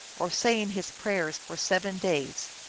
or saying his prayers, for seven days.